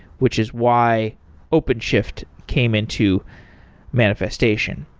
which is why openshift came into manifestation.